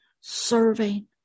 serving